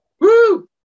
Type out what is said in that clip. Woo